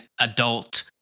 adult